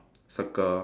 circle